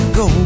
go